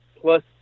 plus